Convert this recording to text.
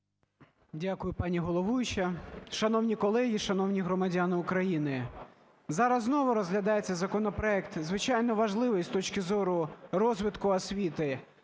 Дякую, пані головуюча. Шановні колеги, шановні громадяни України! Зараз знову розглядається законопроект, звичайно, важливий з точки зору розвитку освіти,